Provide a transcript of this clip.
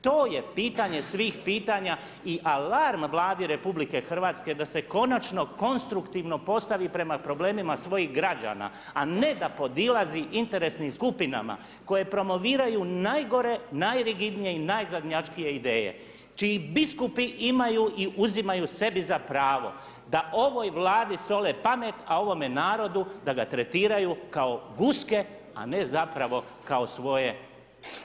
To je pitanje svih pitanja i alarm Vladi RH da se konačno konstruktivno postavi prema problemima svojih građana, a ne da podilazi interesnim skupinama koje promoviraju najgore, najrigidnije i najzadnjačkije ideje čiji biskupi imaju i uzimaju sebi za pravo da ovoj Vladi sole pamet, a ovome narodu da ga tretiraju kao guske, a ne zapravo kao svoje stado.